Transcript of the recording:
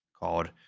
called